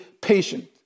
patient